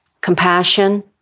compassion